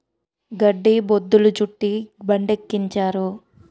గడ్డి బొద్ధులు చుట్టి బండికెక్కించారు